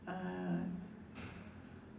uh